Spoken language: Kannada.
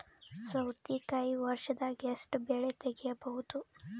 ಸೌತಿಕಾಯಿ ವರ್ಷದಾಗ್ ಎಷ್ಟ್ ಬೆಳೆ ತೆಗೆಯಬಹುದು?